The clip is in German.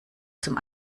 zum